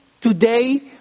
today